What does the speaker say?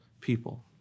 people